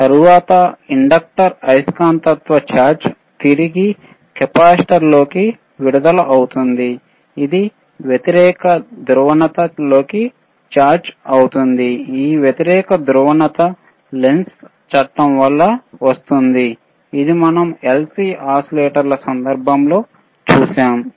తరువాత ఇండక్టర్ అయస్కాంతత్వ చార్జ్ తిరిగి కెపాసిటర్ లోకి విడుదల అవుతుంది ఇది వ్యతిరేక ధ్రువణత లోకి చార్జ్ అవుతుంది ఈ వ్యతిరేక ధ్రువణత Lenz's చట్టం వల్ల వస్తుంది ఇది మనం LC ఓసిలేటర్ల సందర్భంలో చూసాము